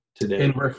today